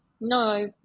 No